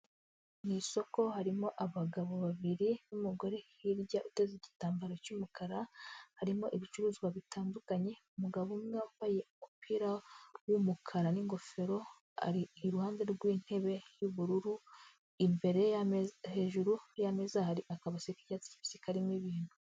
Mu isoko harimo abagabo babiri n'umugore hirya uteze igitambaro cy'umukara, harimo ibicuruzwa bitandukanye, umugabo umwe wambaye umupira w'umukara n'ingofero ari iruhande rw'intebe y'ubururu, hejuru y'ameza hari akabasi k'icyatsi kibisi karimo ibintu.